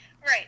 Right